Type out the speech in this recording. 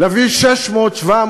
להביא 600,000,